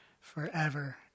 forever